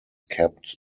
kept